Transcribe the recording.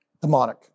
demonic